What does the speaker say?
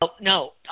no